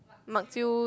bak chew